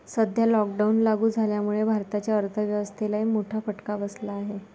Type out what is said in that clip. सध्या लॉकडाऊन लागू झाल्यामुळे भारताच्या अर्थव्यवस्थेलाही मोठा फटका बसला आहे